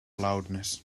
loudness